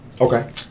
okay